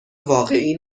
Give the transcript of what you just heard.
واقعی